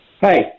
Hi